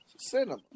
cinema